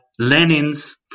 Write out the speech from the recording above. Lenin's